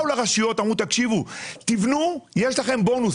באו לרשויות ואמרו תבנו, יש לכם בונוס.